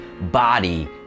body